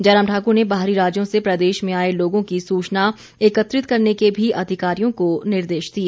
जयराम ठाक्र ने बाहरी राज्यों से प्रदेश में आए लोगों की सूचना एकत्रित करने के भी अधिकारियों को निर्देश दिए